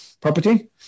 property